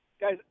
guys